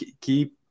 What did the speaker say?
keep